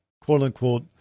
quote-unquote –